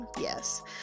Yes